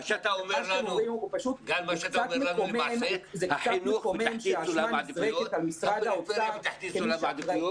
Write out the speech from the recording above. אתה אומר לנו למעשה שהחינוך נמצא בתחתית סולם העדיפויות,